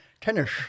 Tennis